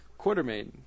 Quartermain